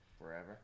Forever